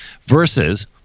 versus